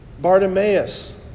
Bartimaeus